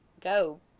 go